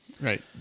Right